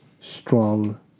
strong